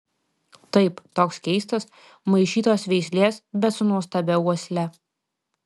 taip toks keistas maišytos veislės bet su nuostabia uosle